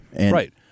Right